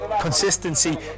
consistency